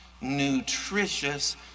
nutritious